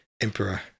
Emperor